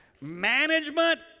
Management